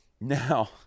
Now